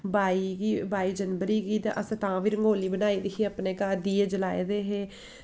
बाई गी बाई जनवरी गी ते असें तां बी रंगोली बनाई ही ते अपने घर दीये जलाए दे हे